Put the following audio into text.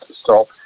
stop